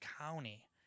County